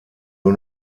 nur